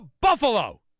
Buffalo